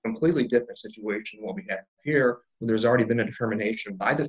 completely different situation will be here there's already been